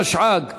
התשע"ג 2013,